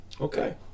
Okay